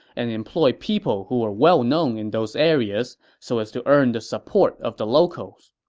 and employed people who were well-known in those areas so as to earn the support of the locals.